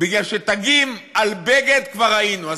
בגלל שתגים על בגד כבר ראינו.